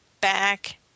back